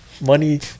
money